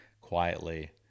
quietly